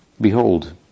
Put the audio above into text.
Behold